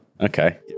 Okay